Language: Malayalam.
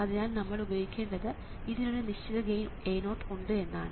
അതിനാൽ നമ്മൾ ഉപയോഗിക്കേണ്ടത് ഇതിന് ഒരു നിശ്ചിത ഗെയിൻ A0 ഉണ്ട് എന്നതാണ്